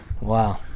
Wow